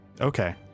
Okay